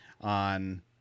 on